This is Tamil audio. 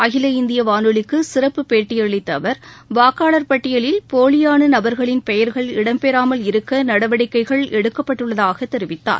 அகில இந்திய வானொலிக்கு சிறப்புப் பேட்டியளித்த அவர் வாக்காளர் பட்டியலில் போலியான நபர்களின் பெயர்கள் இடம்பெறாமல் இருக்க நடவடிக்கைகள் எடுக்கப்பட்டுள்ளதாக தெரிவித்தார்